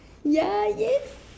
ya yes